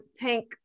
tank